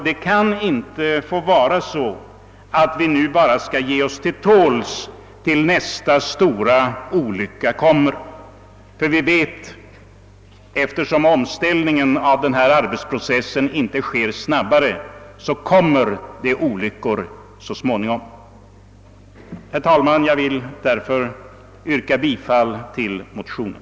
Det kan inte få vara så, att vi nu bara skall ge oss till tåls, tills nästa stora olycka inträffar. Eftersom omställningen av denna arbetsprocess inte sker snabbare, kommer det att inträffa nya olyckor. Herr talman! Jag vill därför yrka bifall till motionerna.